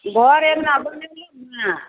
घर अङ्गना बनेलहुँ ने